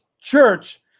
church